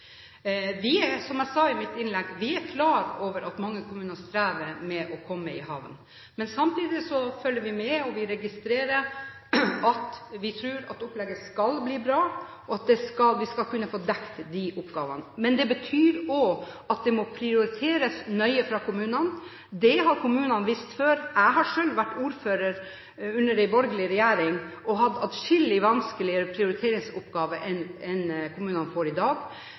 Vi er, som jeg sa i mitt innlegg, klar over at mange kommuner strever med å komme i havn. Men samtidig følger vi med, og vi tror at opplegget skal bli bra, og at vi skal kunne få dekt oppgavene. Men det betyr også at det må prioriteres nøye fra kommunene, det har kommunene visst. Jeg har selv vært ordfører under en borgerlig regjering og hatt atskillig vanskeligere prioriteringsoppgaver enn kommunene får i dag,